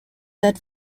set